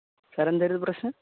സാറെ എന്തായിരുന്നു പ്രശ്നം